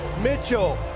Mitchell